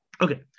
okay